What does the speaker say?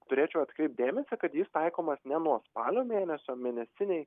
turėčiau atkreipt dėmesį kad jis taikomas ne nuo spalio mėnesio mėnesiniai